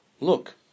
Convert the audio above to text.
look